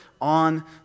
on